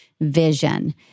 vision